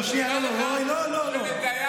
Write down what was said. רגע, לא לא לא.